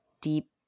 deep